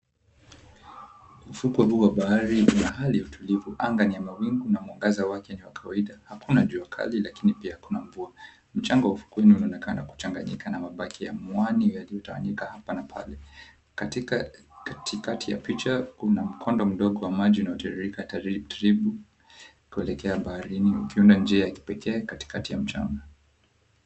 Ufukwe wa bahari. Bahari ya utulivu. Anga ni ya mawingu na mwanga wake ni wa kawaida. Hakuna jua kali lakini pia hakuna mvua. Mchanga wa ufukweni unaonekana kuchanganyika na mabaki ya muani yaliyotawanyika hapa na pale. Katika katikati ya picha kuna mkondo mdogo wa maji unaotiririka taratibu kuelekea baharini ukiunda njia ya kipekee katikati ya mchanga.